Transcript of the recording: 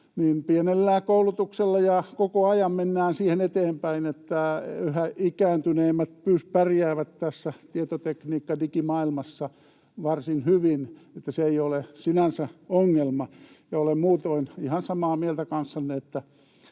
pienellä koulutuksella koko ajan mennään siihen eteenpäin, että yhä ikääntyneemmät pärjäävät tässä tietotekniikkadigimaailmassa varsin hyvin. Se ei ole sinänsä ongelma. Olen muutoin ihan samaa mieltä kanssanne, että